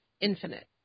infinite